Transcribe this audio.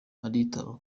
aritanga